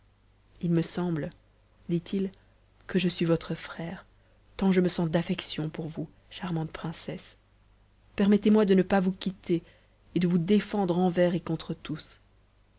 il me semble dit-il que je suis votre frère tant je me sens d'affection pour vous charmante princesse permettez-moi de ne pas vous quitter et de vous défendre envers et contre tous